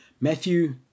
Matthew